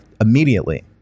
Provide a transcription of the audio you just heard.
immediately